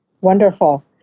Wonderful